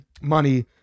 money